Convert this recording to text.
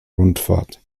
rundfahrt